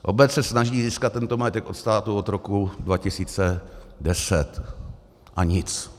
Obec se snaží získat tento majetek od státu od roku 2010, a nic.